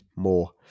more